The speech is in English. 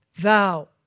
Thou